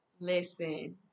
listen